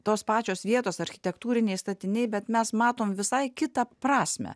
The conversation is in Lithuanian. tos pačios vietos architektūriniai statiniai bet mes matom visai kitą prasmę